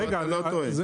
אתה לא טועה.